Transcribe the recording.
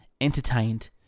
Entertained